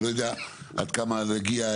אני לא יודע עד כמה נגיע,